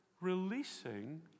releasing